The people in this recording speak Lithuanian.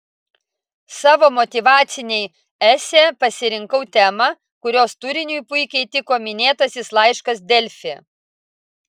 savo motyvacinei esė pasirinkau temą kurios turiniui puikiai tiko minėtasis laiškas delfi